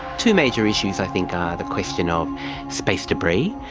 two major issues i think are the question of space debris.